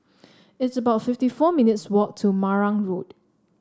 it's about fifty four minutes' walk to Marang Road